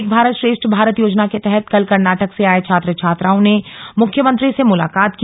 एक भारत श्रेष्ठ भारत योजना के तहत कल कर्नाटक से आए छात्र छात्राओं ने मुख्यमंत्री से मुलाकात की